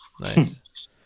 Nice